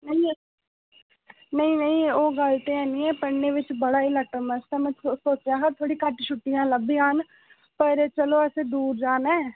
ma'am असें नेई नई ओह् गल्ल ते ह'न्नी ऐ पढ़ने बिच्च बड़ा ही लटरमस्त ऐ में सोचेआ हा थोह्ड़ी घट्ट छुट्टियां लब्भी आन पर चलो असें दूर जाना ऐ